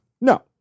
No